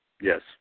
Yes